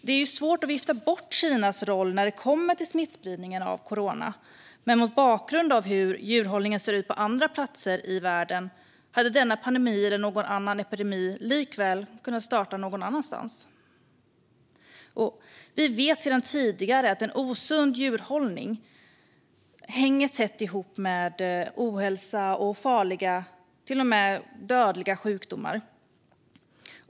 Det är alltså svårt att vifta bort Kinas roll när det kommer till smittspridningen av corona, men mot bakgrund av hur djurhållningen ser ut på andra platser i världen hade denna pandemi eller någon annan epidemi lika väl kunnat starta någon annanstans. Vi vet sedan tidigare att en osund djurhållning hänger tätt ihop med ohälsa och farliga, till och med dödliga, sjukdomar.